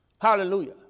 Hallelujah